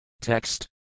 Text